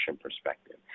perspective